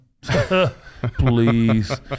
Please